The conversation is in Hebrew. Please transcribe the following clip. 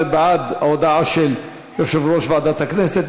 זה בעד ההודעה של יושב-ראש ועדת הכנסת,